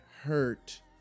hurt